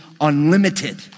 unlimited